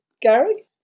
Gary